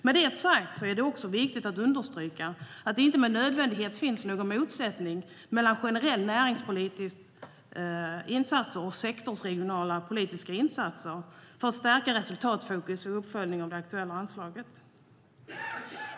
Med detta sagt är det viktigt att understryka att det inte med nödvändighet finns någon motsättning mellan generellt näringspolitiskt motiverade insatser och sektors och regionalpolitiska insatser för att stärka resultatfokus i uppföljningen av det aktuella anslaget.